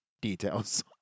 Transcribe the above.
details